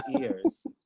ears